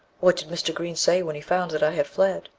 what did mr. green say when he found that i had fled?